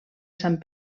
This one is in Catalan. sant